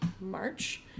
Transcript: march